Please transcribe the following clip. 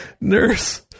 nurse